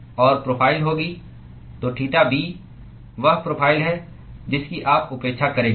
और प्रोफ़ाइल होगी तोथीटा b वह प्रोफ़ाइल है जिसकी आप अपेक्षा करेंगे